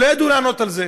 לא ידעו לענות על זה.